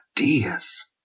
ideas